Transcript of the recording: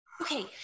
Okay